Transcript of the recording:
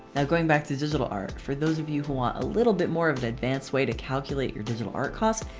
now going back to the digital art, for those of you who want a little bit more of an advanced way to calculate your digital art costs,